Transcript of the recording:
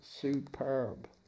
superb